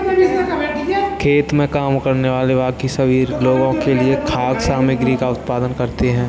खेत में काम करने वाले बाकी सभी लोगों के लिए खाद्य सामग्री का उत्पादन करते हैं